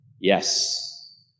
Yes